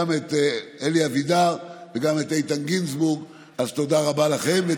גם אלי אבידר וגם איתן גינזבורג, אז תודה רבה לכם.